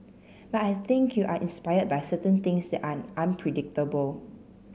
but I think you are inspired by certain things that are unpredictable